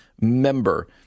member